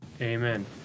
Amen